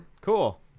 Cool